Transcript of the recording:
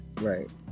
Right